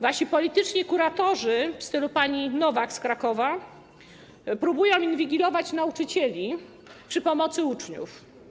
Wasi polityczni kuratorzy, w stylu pani Nowak z Krakowa, próbują inwigilować nauczycieli przy pomocy uczniów.